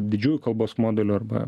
didžiųjų kalbos modulių arba